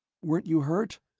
weren't you hurt?